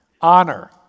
Honor